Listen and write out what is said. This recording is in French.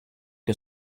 que